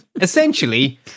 Essentially